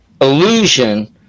illusion